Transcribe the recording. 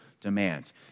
demands